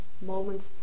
moments